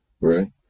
right